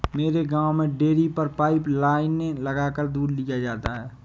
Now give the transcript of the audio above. मेरे गांव में डेरी पर पाइप लाइने लगाकर दूध लिया जाता है